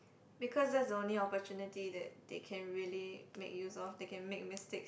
because that's the only opportunity that they can really make use of they can make mistakes